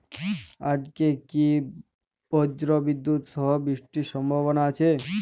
আজকে কি ব্রর্জবিদুৎ সহ বৃষ্টির সম্ভাবনা আছে?